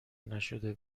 نشده